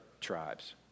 tribes